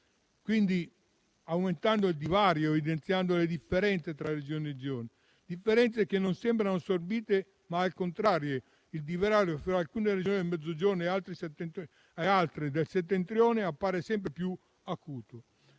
l'aumento del divario, che evidenzia le differenze tra Regioni; tali differenze non sembrano assorbite, ma al contrario il divario fra alcune Regioni del Mezzogiorno e altre del Settentrione appare sempre più acuto.